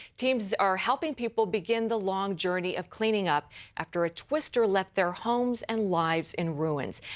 teams are helping people begin the long journey of cleaning up after a twister left their homes and lives in ruins.